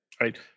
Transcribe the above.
Right